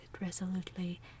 resolutely